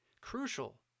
Crucial